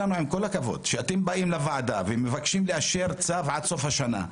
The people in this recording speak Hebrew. כשאתם באים לוועדה ומבקשים לאשר צו עד סוף השנה,